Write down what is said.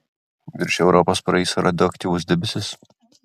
virš europos praeis radioaktyvus debesis